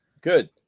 Good